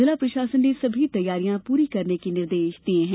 जिला प्रशासन ने सभी तैयारियों को पूर्ण करने के निर्देश दिये हैं